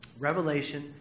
Revelation